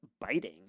biting